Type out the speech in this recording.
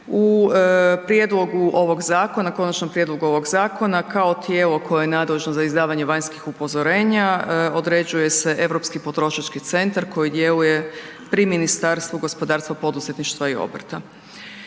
u provedbi ovog propisa. U konačnom prijedlogu ovoga zakona kao tijelo koje je nadležno za izdavanje vanjskih upozorenja određuje se Europski potrošački centar koji djeluje pri Ministarstvu gospodarstva, poduzetništava i obrta.